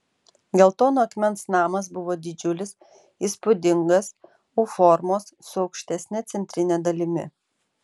geltono akmens namas buvo didžiulis įspūdingas u formos su aukštesne centrine dalimi